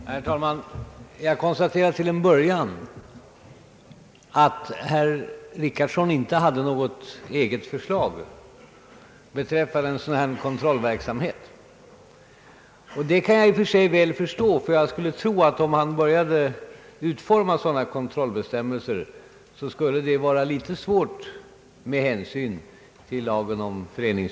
Herr talman! Jag konstaterar för det första att herr Richardson inte hade något eget förslag att lägga fram be träffande en kontrollverksamhet. Det kan jag i och för sig väl förstå, ty jag skulie tro att det med hänsyn till lagen om föreningsfrihet blir svårt att utforma sådana kontrollbestämmelser.